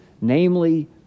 namely